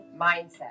mindset